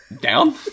down